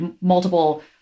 multiple